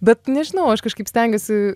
bet nežinau aš kažkaip stengiuosi